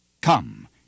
Come